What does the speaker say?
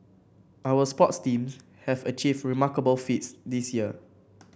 our sports teams have achieved remarkable feats this year